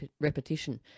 repetition